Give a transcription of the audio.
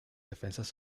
defensas